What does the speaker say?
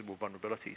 vulnerabilities